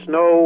no